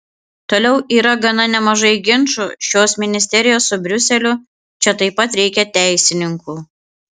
toliau yra gana nemažai ginčų šios ministerijos su briuseliu čia taip pat reikia teisininkų